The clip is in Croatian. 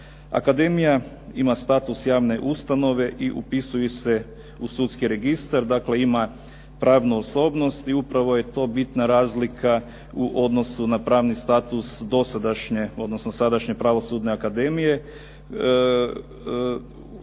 Akademija ima status javne ustanove i upisuju se u sudski registar, dakle ima pravnu osobnost. I upravo je to bitna razlika u odnosu na pravni status dosadašnje, odnosno sadašnje Pravosudne akademije